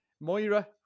Moira